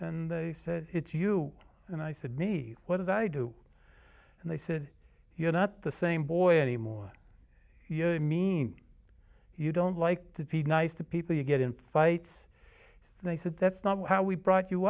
and they said it's you and i said me what did i do and they said you're not the same boy anymore you know i mean you don't like to be nice to people you get in fights they said that's not how we brought you